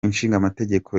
ishingamategeko